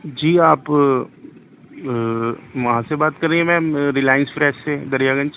جی آپ وہاں سے بات کر رہی ہیں میم ریلائس فریش سے دریا گنج